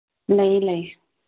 ꯂꯩ ꯂꯩ